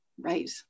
right